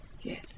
Yes